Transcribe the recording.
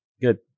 Good